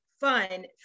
fun